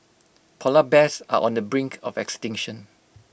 Polar Bears are on the brink of extinction